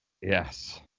Yes